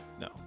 No